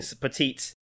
petite